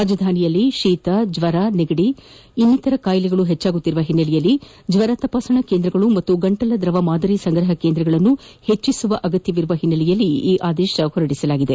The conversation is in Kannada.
ರಾಜಧಾನಿಯಲ್ಲಿ ಶೀತ ಜ್ವರ ನೆಗಡಿ ಇನ್ನಿತರ ಕಾಯಿಲೆಗಳು ಹೆಚ್ಚುತ್ತಿರುವ ಹಿನ್ನೆಲೆಯಲ್ಲಿ ಜ್ವರ ತಪಾಸಣಾ ಕೇಂದ್ರಗಳು ಹಾಗೂ ಗಂಟಲು ದ್ರವ ಸಂಗ್ರಹ ಕೇಂದ್ರಗಳನ್ನು ಹೆಚ್ಚಿಸುವ ಅಗತ್ಯತೆ ಹಿನ್ನೆಲೆಯಲ್ಲಿ ಈ ಆದೇಶ ಮಾಡಲಾಗಿದೆ